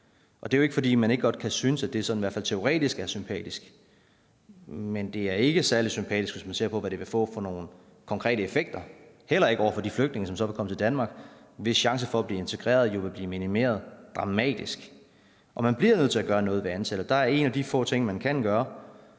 Og det er jo ikke, fordi man ikke godt kan synes, at det i hvert fald sådan teoretisk er sympatisk, men det er ikke særlig sympatisk, hvis man ser på, hvilke konkrete effekter det vil få, heller ikke over for de flygtninge, som så vil komme til Danmark, og hvis chance for at blive integreret vil blive minimeret dramatisk. Man bliver nødt til at gøre noget ved antallet, og en af de få ting, man kan gøre